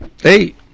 Hey